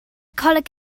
coleg